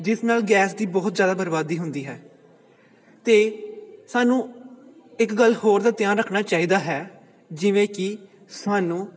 ਜਿਸ ਨਾਲ ਗੈਸ ਦੀ ਬਹੁਤ ਜ਼ਿਆਦਾ ਬਰਬਾਦੀ ਹੁੰਦੀ ਹੈ ਅਤੇ ਸਾਨੂੰ ਇੱਕ ਗੱਲ ਹੋਰ ਦਾ ਧਿਆਨ ਰੱਖਣਾ ਚਾਹੀਦਾ ਹੈ ਜਿਵੇਂ ਕਿ ਸਾਨੂੰ